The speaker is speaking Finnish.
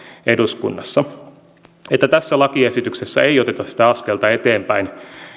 eduskunnassa niin tässä lakiesityksessä ei oteta sitä askelta eteenpäin